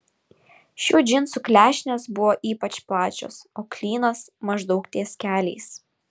šių džinsų klešnės buvo ypač plačios o klynas maždaug ties keliais